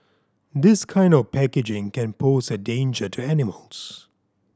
this kind of packaging can pose a danger to animals